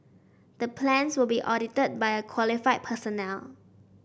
the plans will be audited by a qualified personnel